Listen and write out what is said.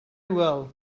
well